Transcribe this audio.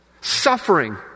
Suffering